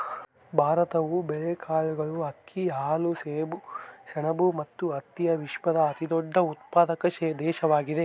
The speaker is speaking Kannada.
ಭಾರತವು ಬೇಳೆಕಾಳುಗಳು, ಅಕ್ಕಿ, ಹಾಲು, ಸೆಣಬು ಮತ್ತು ಹತ್ತಿಯ ವಿಶ್ವದ ಅತಿದೊಡ್ಡ ಉತ್ಪಾದಕ ದೇಶವಾಗಿದೆ